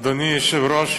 אדוני היושב-ראש,